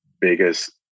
biggest